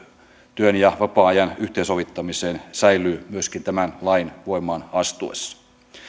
työn ja vapaa ajan yhteensovittamiseen säilyy myöskin tämän lain voimaan astuessa